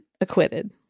acquitted